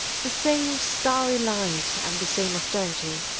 the same starry light and the same austerity,